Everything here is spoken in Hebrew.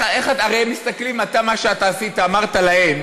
הרי הם מסתכלים, מה שעשית, אמרת להם